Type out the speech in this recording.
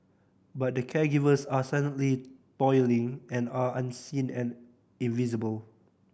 but the caregivers are silently toiling and are unseen and invisible